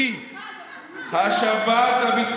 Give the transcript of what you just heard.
זה לא המדיניות שלך, זה המדיניות שלו.